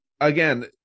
Again